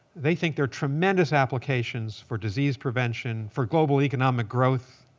they think they're tremendous applications for disease prevention, for global economic growth,